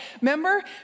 Remember